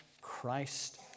Christ